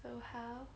so how